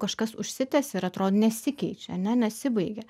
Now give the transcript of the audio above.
kažkas užsitęsia ir atrodo nesikeičia ar ne nesibaigia